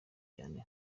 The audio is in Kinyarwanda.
cyane